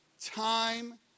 time